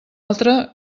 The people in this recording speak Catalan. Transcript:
altra